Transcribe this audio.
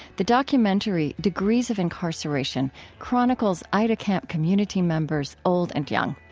the documentary degrees of incarceration chronicles aida camp community members, old and young.